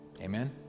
Amen